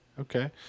Okay